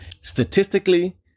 Statistically